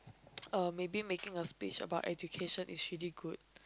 uh maybe making a speech about education is really good